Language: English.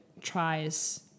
tries